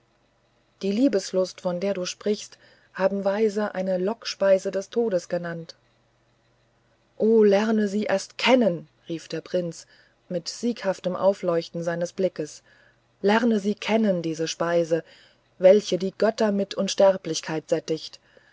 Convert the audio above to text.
die liebeslust von der du sprichst haben weise eine lockspeise des todes genannt o lerne sie erst kennen rief der prinz mit einem sieghaften aufleuchten seines blicks lerne sie kennen diese speise welche die götter mit unsterblichkeit sättigt